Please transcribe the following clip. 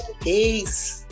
Peace